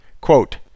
Quote